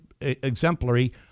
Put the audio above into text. exemplary